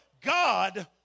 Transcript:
God